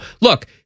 look